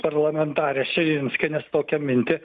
parlamentarės širinskienės tokią mintį